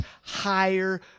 higher